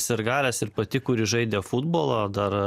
sirgalės ir pati kuri žaidė futbolą dar